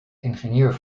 ingenieur